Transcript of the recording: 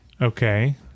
Okay